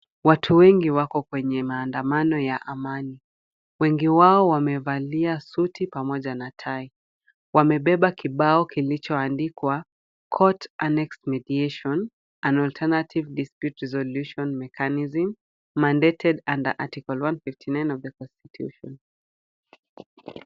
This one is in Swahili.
Watu wengi wako kwenye maandamano ya amani. Wengi wao wamevalia suti pamoja na tai. Wamebeba kibao kilichoandikwa court annexed mediation, an alternative dispute resolution mechanism mandated under article 159 of the constitution .